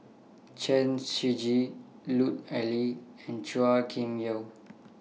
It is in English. Chen Shiji Lut Ali and Chua Kim Yeow